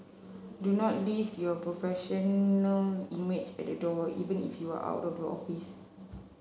do not leave your professional image at the door even if you are out of the office